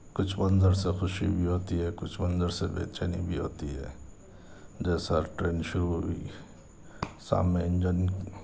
کچھ منظر سے خوشی بھی ہوتی ہے کچھ منظر سے بے چینی بھی ہوتی ہے جیسا ٹرین شروع ہو گئی سامنے انجن